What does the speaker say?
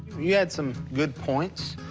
you had some good points,